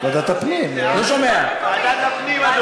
ועדת הפנים.